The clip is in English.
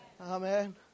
Amen